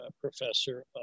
professor